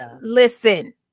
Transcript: Listen